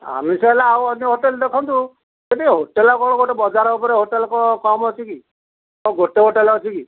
ଆମିଷ ହେଲେ ଆଉ ଅନ୍ୟ ହୋଟେଲ୍ ଦେଖନ୍ତୁ ଗୋଟେ ହୋଟେଲ୍ ଆଉ କ'ଣ ବଜାର ଉପରେ ହୋଟେଲ୍ କ'ଣ କମ ଅଛି କି କ'ଣ ଗୋଟେ ହୋଟେଲ୍ ଅଛି କି